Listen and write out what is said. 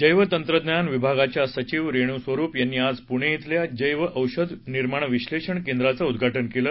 जर्द्वेत्रज्ञान विभागाच्या सचिव रेणू स्वरुप यांनी आज पुणे विल्या जर्द्औषध निर्माण विश्लेषण केंद्राचं उद्घाटन केलं